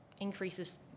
increases